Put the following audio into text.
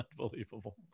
unbelievable